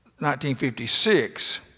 1956